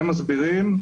הם מסבירים,